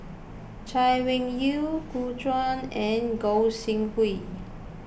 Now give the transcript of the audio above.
Chay Weng Yew Gu Juan and Gog Sing Hooi